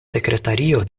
sekretario